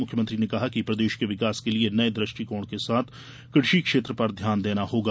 मुख्यमंत्री ने कहा कि प्रदेश के विकास के लिये नये दृष्टिकोण के साथ कृषि क्षेत्र पर ध्यान देना होगा